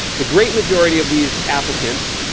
the great majority of these applicants